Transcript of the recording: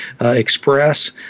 express